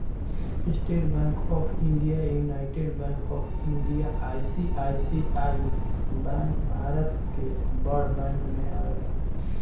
estate Bank of India, United Bank of India, ICICI bank भारत के बड़ bank में आवेला